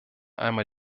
einmal